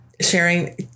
sharing